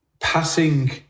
passing